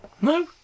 No